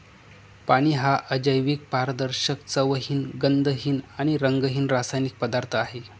पाणी हा अजैविक, पारदर्शक, चवहीन, गंधहीन आणि रंगहीन रासायनिक पदार्थ आहे